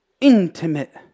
intimate